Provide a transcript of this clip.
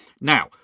Now